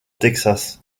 texas